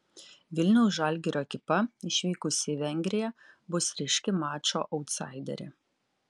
vilniaus žalgirio ekipa išvykusi į vengriją bus ryški mačo autsaiderė